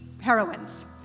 heroines